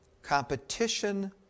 Competition